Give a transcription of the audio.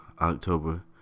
October